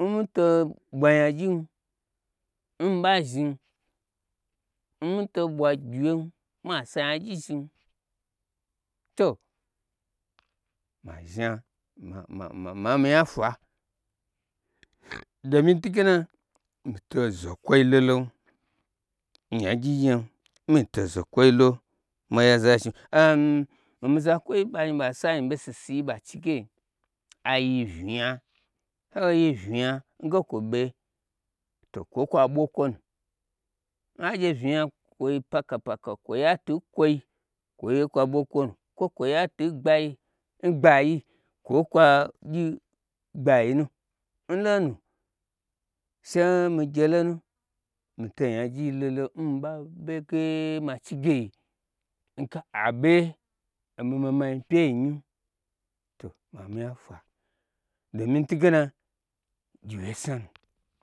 n mito ɓwa nyagyin n ɓa zhnim n mito ɓwa gyiwyem mabi anya gyi zhm to ma zhna mamaminya fwa domi ntun gena mito zokwoi lolon nya gyi nyam mii to zokwoilo mayi aza zhm am omi zakwoi ɓei ɓa si anyi ɓo sisi ɓa chige ayi vnyi nya she yi vnyi nga nge kwoɓ to kwoye kwa ɓwo kwona n hagye vnyi nye kwoi paka paka kwoi yatu nkwoi kwoye kwa ɓo kwonu kwo kwo yatu n gbai n gbayi kwoye kwagyi gbayinu nlonu she migye lonu mi tei nyagyi lolon n mi ɓa ɓege machige nge abe omi mama nyi pyei nyi to maminya fwa domin ntugena gyiwye sna.